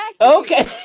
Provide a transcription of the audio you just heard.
Okay